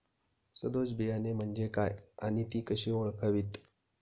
सदोष बियाणे म्हणजे काय आणि ती कशी ओळखावीत?